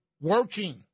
working